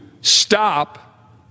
stop